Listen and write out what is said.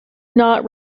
not